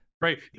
right